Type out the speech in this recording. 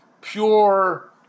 pure